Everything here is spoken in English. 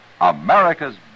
America's